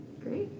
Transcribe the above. Great